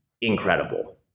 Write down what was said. incredible